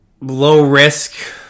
low-risk